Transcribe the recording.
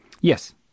Yes